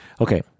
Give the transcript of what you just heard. Okay